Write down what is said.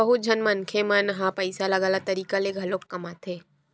बहुत झन मनखे मन ह पइसा ल गलत तरीका ले घलो कमाथे